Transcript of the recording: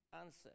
Answer